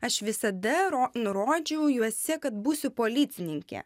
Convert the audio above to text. aš visada ro nurodžiau juose kad būsiu policininke